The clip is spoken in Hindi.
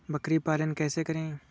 बकरी पालन कैसे करें?